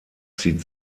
zieht